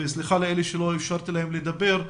סליחה לאלה שלא אפשרתי להם לדבר,